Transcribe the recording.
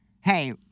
hey